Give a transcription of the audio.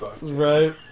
Right